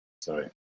sorry